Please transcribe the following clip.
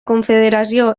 confederació